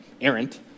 errant